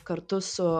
kartu su